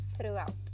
throughout